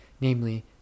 namely